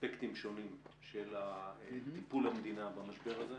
אספקטים שונים של טיפול המדינה במשבר הזה.